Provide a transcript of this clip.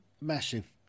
massive